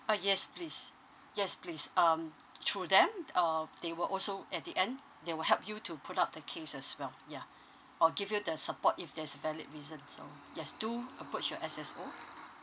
ah yes please yes please um through them uh they will also at the end they will help you to put up the case as well yeah or give you the support if there's valid reasons so yes do approach the S_S_O